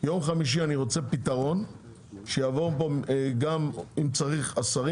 ביום חמישי אני רוצה פתרון שיבואו לפה גם אם צריך השרים,